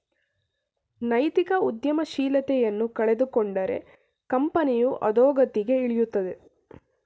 ನೈತಿಕ ಉದ್ಯಮಶೀಲತೆಯನ್ನು ಕಳೆದುಕೊಂಡರೆ ಕಂಪನಿಯು ಅದೋಗತಿಗೆ ಇಳಿಯುತ್ತದೆ